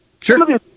Sure